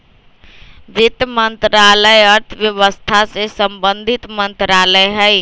वित्त मंत्रालय अर्थव्यवस्था से संबंधित मंत्रालय हइ